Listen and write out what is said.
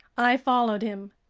i followed him.